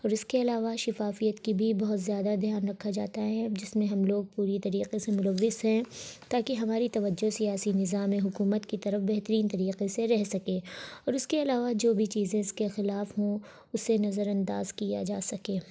اور اس کے علاوہ شفافیت کی بھی بہت زیادہ دھیان رکھا جاتا ہے جس میں ہم لوگ پوری طریقے سے ملوث ہیں تاکہ ہماری توجہ سیاسی نظام حکومت کی بہترین طریقے سے رہ سکے اور اس کے علاوہ جو بھی چیزیں اس کے خلاف ہوں اسے نظر انداز کیا جا سکے